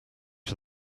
are